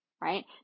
right